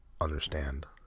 understand